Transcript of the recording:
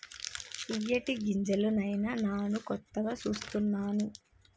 ఇయ్యేటి గింజలు నాయిన నాను కొత్తగా సూస్తున్నాను